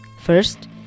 First